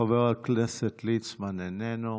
חבר הכנסת ליצמן, איננו.